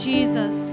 Jesus